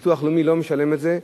שביטוח לאומי לא משלם את זה,